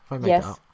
yes